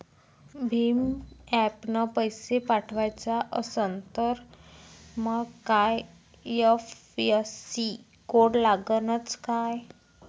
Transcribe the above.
भीम ॲपनं पैसे पाठवायचा असन तर मंग आय.एफ.एस.सी कोड लागनच काय?